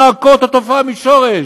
נעקור את התופעה מהשורש.